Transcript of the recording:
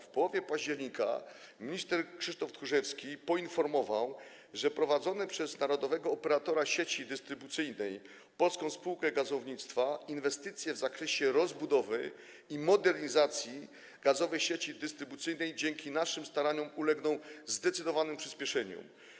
W połowie października minister Krzysztof Tchórzewski poinformował, że prowadzone przez narodowego operatora sieci dystrybucyjnej Polską Spółkę Gazownictwa inwestycje w zakresie rozbudowy i modernizacji gazowej sieci dystrybucyjnej dzięki naszym staraniom ulegną zdecydowanemu przyspieszeniu.